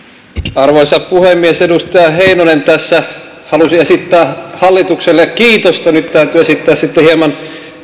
arvoisa puhemies edustaja heinonen tässä halusi esittää hallitukselle kiitosta nyt täytyy esittää sitten hieman